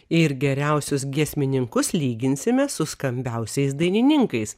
ir geriausius giesmininkus lyginsime su skambiausiais dainininkais